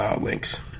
links